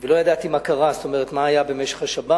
לא ידעתי מה קרה, מה היה במשך השבת.